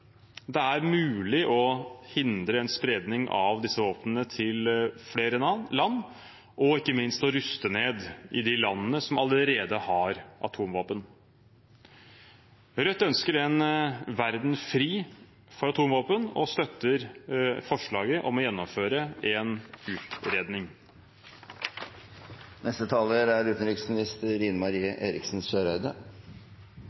Det er mulig å hindre en spredning av disse våpnene til flere land, og ikke minst å ruste ned i de landene som allerede har atomvåpen. Rødt ønsker en verden fri for atomvåpen og støtter forslaget om å gjennomføre en utredning.